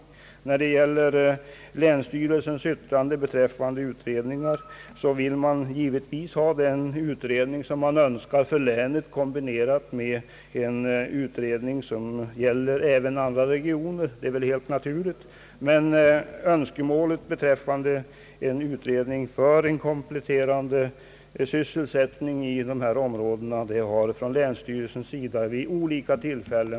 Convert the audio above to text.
Vad gäller länsstyrelsens yttrande är det givet att länsstyrelsen vill ha den begärda utredningen för länet kombinerad med en utredning som gäller även andra regioner; det är väl helt naturligt. Önskemål om en utredning angående kompletterande sysselsättningar i detta område har från länsstyrelsens sida framförts vid olika tillfällen.